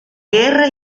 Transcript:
guerra